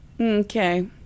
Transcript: Okay